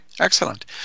excellent